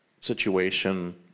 situation